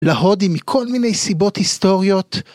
להודי מכל מיני סיבות היסטוריות